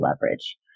leverage